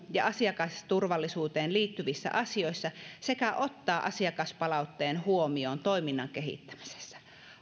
ja asiakasturvallisuuteen liittyvissä asioissa sekä ottaa asiakaspalautteen huomioon toiminnan kehittämisessä